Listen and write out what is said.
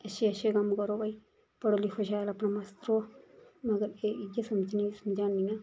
अच्छे अच्छे कम्म करो कोई पढ़ो लिखो शैल अपना मस्त रवो मगर एह् इ'यां समझनी समझानी आं